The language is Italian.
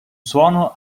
suono